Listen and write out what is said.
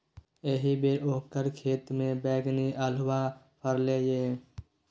एहिबेर ओकर खेतमे बैगनी अल्हुआ फरलै ये